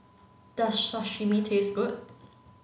does Sashimi taste good